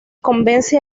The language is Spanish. convence